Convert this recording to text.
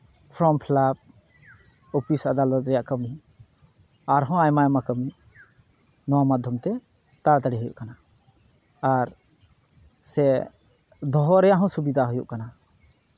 form ᱯᱷᱤᱞᱟᱯ office ᱟᱫᱟᱞᱚᱛ ᱨᱮᱭᱟᱜ ᱠᱟᱹᱢᱤ ᱟᱨᱦᱚᱸ ᱟᱭᱢᱟ ᱟᱭᱢᱟ ᱠᱟᱹᱢᱤ ᱱᱚᱣᱟ ᱢᱟᱫᱽᱫᱷᱚᱢ ᱛᱮ ᱛᱟᱲᱟᱛᱟᱲᱤ ᱦᱩᱭᱩᱜ ᱠᱟᱱᱟ ᱟᱨ ᱥᱮ ᱫᱚᱦᱚ ᱨᱮᱭᱟᱜ ᱦᱚᱸ ᱥᱩᱵᱤᱫᱷᱟ ᱦᱩᱭᱩᱜ ᱠᱟᱱᱟ